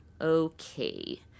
Okay